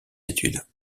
études